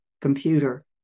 computer